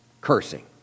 cursing